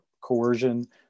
coercion